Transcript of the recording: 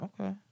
Okay